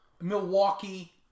Milwaukee